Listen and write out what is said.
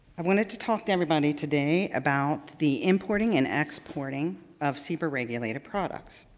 i wanted to talk to everybody today about the importing and exporting of cber regulated products.